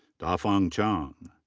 da-fang chang.